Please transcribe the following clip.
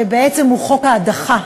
שבעצם הוא חוק ההדחה,